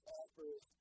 offers